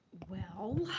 well,